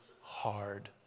hard